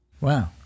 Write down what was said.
Wow